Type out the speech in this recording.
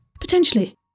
potentially